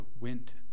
went